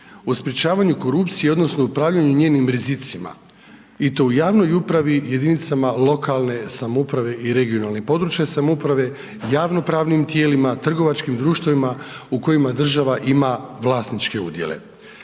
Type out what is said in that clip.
o sprječavanju korupcije odnosno upravljanju njenim rizicima i to u javno upravi, jedinicama lokalne samouprave i regionalne (područne) samouprave, javnopravnim tijelima, trgovačkim društvima u kojima država ima vlasničke udjele.